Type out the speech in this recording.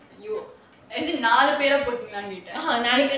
no as in you as in நாலு பேரா போறீங்களானு கேட்டேன்:naalu peraa poreengalaanu kaetaen